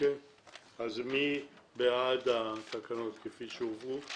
מי בעד התקנות כפי שהובאו